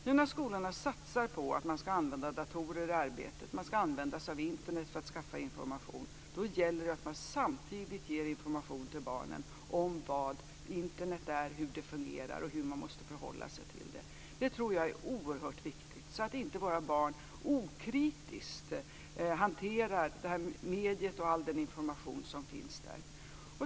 Nu när skolorna satsar på att använda datorer i arbetet, att använda Internet för att skaffa information, gäller det att samtidigt ge information till barnen om vad Internet är, hur det fungerar och hur man ska förhålla sig till det. Det är oerhört viktigt. Våra barn ska inte okritiskt hantera mediet och all den information som finns där.